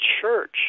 church